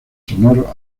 sonoros